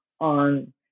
on